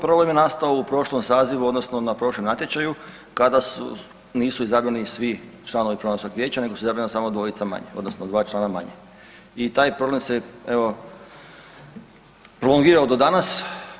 Problem je nastao u prošlom sazivu odnosno na prošlom natječaju kada nisu izabrani svi članovi Programskog vijeća nego su izabrana samo dvojica manje odnosno dva člana manje i taj problem se evo prolongirao do danas.